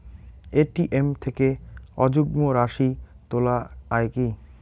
ATM থেকে অযুগ্ম রাশি তোলা য়ায় কি?